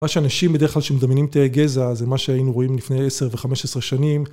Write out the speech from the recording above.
מה שאנשים בדרך כלל שמדמיינים תאי גזע זה מה שהיינו רואים לפני 10 ו-15 שנים